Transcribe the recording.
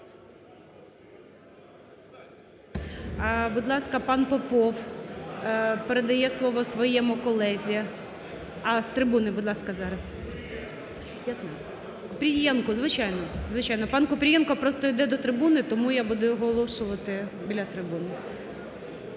Будь ласка, пан Попов передає слово своєму колезі. А, з трибуни, будь ласка, зараз. Купрієнко, звичайно, звичайно, пан Купрієнко просто йде до трибуни. Тому я буду оголошувати, біля трибуни.